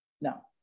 no